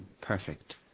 perfect